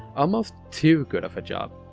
almost too good of a job.